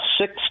six